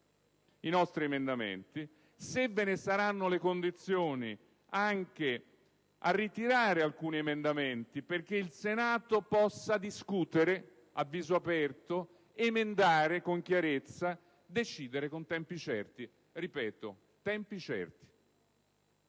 punti fondamentali e, se ve ne saranno le condizioni, anche a ritirarne alcuni, perché il Senato possa discutere a viso aperto, emendare con chiarezza, decidere con tempi certi. Lo ripeto: con tempi certi.